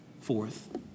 Fourth